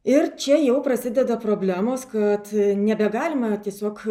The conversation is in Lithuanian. ir čia jau prasideda problemos kad nebegalima tiesiog